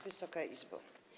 Wysoka Izbo!